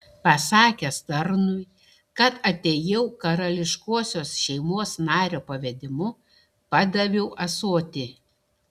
pasakęs tarnui kad atėjau karališkosios šeimos nario pavedimu padaviau ąsotį